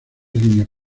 líneas